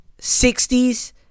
60s